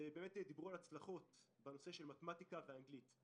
דיברו על הצלחות בנושא של מתמטיקה ואנגלית.